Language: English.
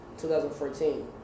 2014